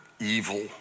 evil